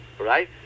right